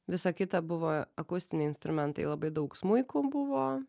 visa kita buvo akustiniai instrumentai labai daug smuikų buvo